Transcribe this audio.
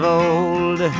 old